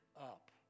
up